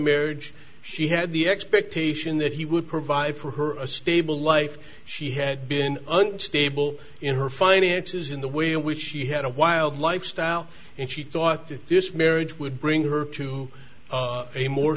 marriage she had the expectation that he would provide for her a stable life she had been unstable in her finances in the way in which she had a wild lifestyle and she thought that this marriage would bring her to a more